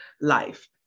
life